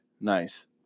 Nice